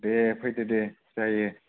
दे फैदो दे जायो